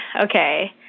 Okay